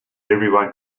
everyone